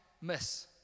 miss